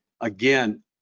again